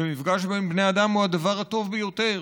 ומפגש בין בני אדם הוא הדבר הטוב ביותר,